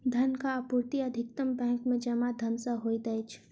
धनक आपूर्ति अधिकतम बैंक में जमा धन सॅ होइत अछि